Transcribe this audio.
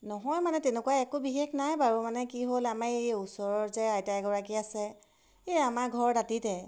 নহয় মানে তেনেকুৱা একো বিশেষ নাই বাৰু মানে কি হ'ল আমাৰ এই ওচৰৰ যে আইতা এগৰাকী আছে এই আমাৰ ঘৰৰ দাঁতিতে